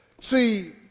see